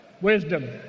wisdom